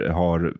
har